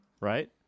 right